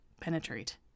Penetrate